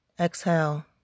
Exhale